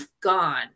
gone